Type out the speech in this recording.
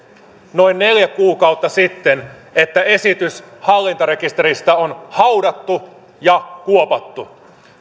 noin neljä kuukautta sitten että esitys hallintarekisteristä on haudattu ja kuopattu